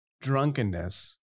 Drunkenness